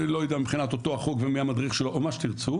לא יודע מבחינת אותו החוק ומי המדריך שלו או מה שתרצו,